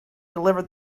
delivered